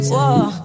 Whoa